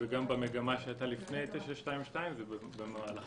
גם במגמה שהייתה לפני 922 ובמהלכה,